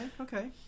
okay